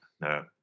no